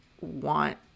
want